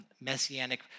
messianic